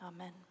Amen